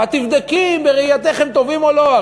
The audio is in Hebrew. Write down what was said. ואת תבדקי בראייתך אם הם טובים או לא.